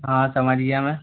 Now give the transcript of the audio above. हाँ समझ गया मैं